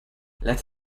let